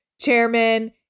chairman